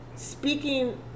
Speaking